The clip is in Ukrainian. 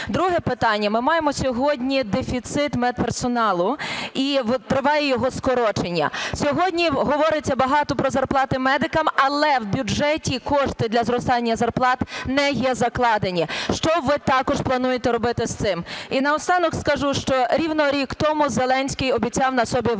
Друге питання. Ми маємо сьогодні дефіцит медперсоналу і триває його скорочення. Сьогодні говориться багато про зарплати медикам, але в бюджеті кошти для зростання зарплат не є закладені. Що ви також плануєте робити з цим? І наостанок скажу, що рівно рік тому Зеленський обіцяв на собі випробувати